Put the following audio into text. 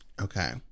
Okay